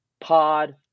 Pod